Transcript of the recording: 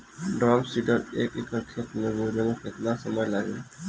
Drum seeder से एक एकड़ खेत बोयले मै कितना समय लागी?